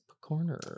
corner